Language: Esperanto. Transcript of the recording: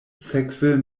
sekve